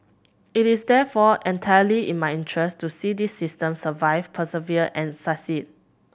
it is therefore entirely in my interest to see this system survive persevere and succeed